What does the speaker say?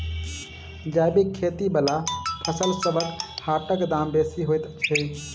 जैबिक खेती बला फसलसबक हाटक दाम बेसी होइत छी